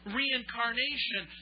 reincarnation